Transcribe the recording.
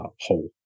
whole